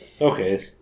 Okay